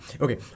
Okay